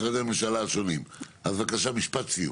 משפט סיום.